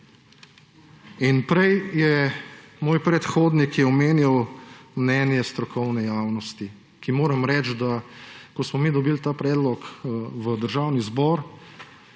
Ni okej. Moj predhodnik je omenjal mnenje strokovne javnosti. Moram reči, ko smo mi dobil ta predlog v Državni zbor,